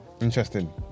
interesting